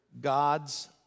God's